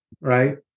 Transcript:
right